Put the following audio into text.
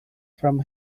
from